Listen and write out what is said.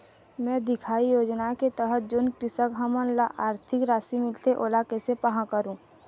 मैं दिखाही योजना के तहत जोन कृषक हमन ला आरथिक राशि मिलथे ओला कैसे पाहां करूं?